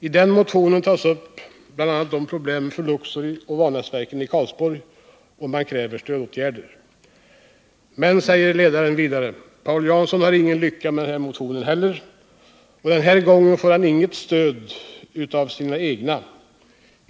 I den motionen tas bl.a. problemen för Luxor och Vanäsverken i Karlsborg upp och stödåtgärder begärs. Men Paul Jansson har ingen lycka med den här motionen heller — och den här gången får han inte gehör ens hos sina egna.